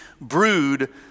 brood